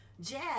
jazz